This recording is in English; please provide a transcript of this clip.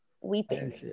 weeping